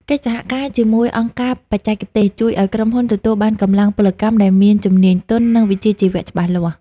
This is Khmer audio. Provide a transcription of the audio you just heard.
កិច្ចសហការជាមួយអង្គការបច្ចេកទេស ជួយឱ្យក្រុមហ៊ុនទទួលបានកម្លាំងពលកម្មដែលមានជំនាញទន់ និងវិជ្ជាជីវៈច្បាស់លាស់។